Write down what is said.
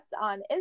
on